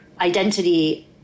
identity